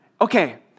Okay